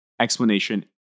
explanation